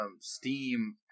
Steam